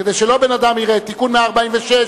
כדי שבן-אדם לא יראה תיקון 146,